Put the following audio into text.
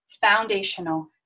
foundational